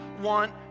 want